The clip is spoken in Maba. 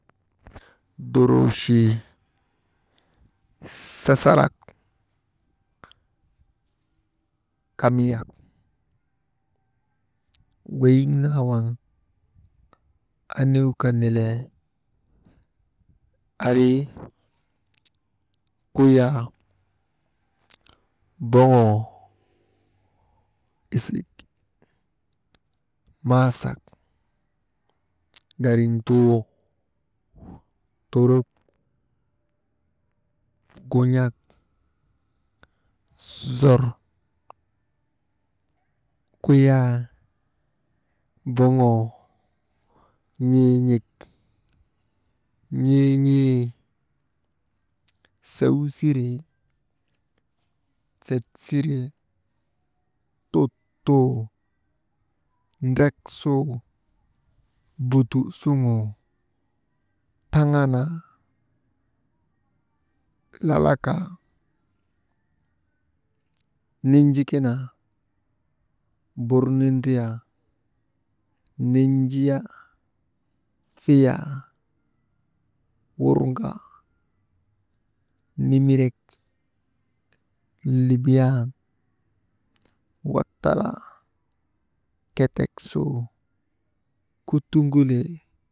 Duriichii sasalak, kamiyak weyiŋnaa waŋ aniyka nilee, arii, kuyaa, boŋoo, isik maasak, gariŋtuu, turuk gun̰ak, zor, kuyaa, doŋoo n̰iin̰ik, n̰iin̰ii, seysiree, set siree, tut tuu, dreksuu, butu suŋuu, tanaa lalakaa, ninjikinaa, burnindriyaa, ninjiyaa, fiyaa wurŋaa, nimirek libiyan wattalaa, ketek suu kutuŋulee.